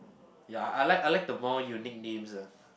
ya I like I like the more unique names ah